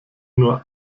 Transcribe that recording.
nur